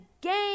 game